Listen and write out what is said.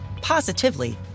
positively